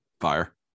Fire